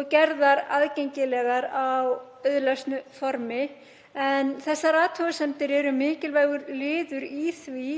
og gerðar aðgengilegar á auðlesnu formi. Þær athugasemdir eru mikilvægur liður í því